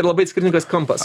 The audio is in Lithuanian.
labai skirtingas kampas